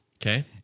Okay